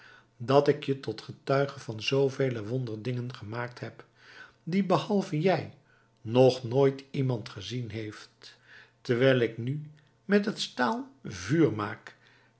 dat ik je tot getuige van zoovele wonderdingen gemaakt heb die behalve jij nog nooit iemand gezien heeft terwijl ik nu met het staal vuur maak